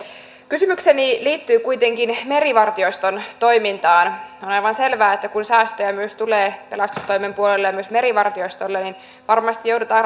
kysymykseni liittyy kuitenkin merivartioston toimintaan on aivan selvää että kun säästöjä tulee myös pelastustoimen puolelle ja myös merivartiostolle niin varmasti joudutaan